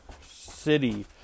city